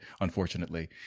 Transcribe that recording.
unfortunately